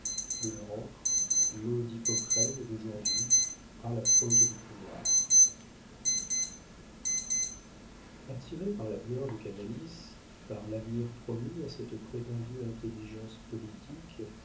de leur encre l'eau d'hippocrène d'aujourd'hui par la faute du pouvoir attiré par la gloire de canalis par l'avenir promis à cette prétendue intelligence politique